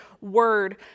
word